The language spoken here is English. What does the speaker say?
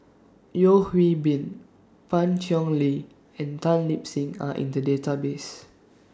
Yeo Hwee Bin Pan Cheng Lui and Tan Lip Seng Are in The Database